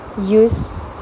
use